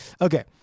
Okay